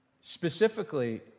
Specifically